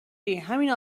ریهمین